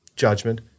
Judgment